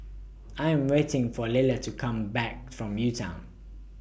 I Am waiting For Liller to Come Back from U Town